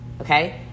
okay